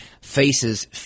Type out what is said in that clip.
faces